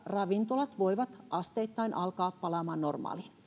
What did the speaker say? ravintolat voivat asteittain alkaa palaamaan normaaliin